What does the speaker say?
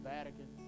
Vatican